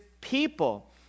people